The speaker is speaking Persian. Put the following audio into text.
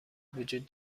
وجود